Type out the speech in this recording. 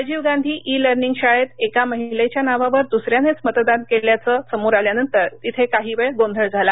Rajiv Gandhi e learning शाळेत एका महिलेच्या नावावर दूसऱ्यानेच मतदान केल्याचं समोर आल्यानंतर तिथे काही वेळ गोंधळ झाला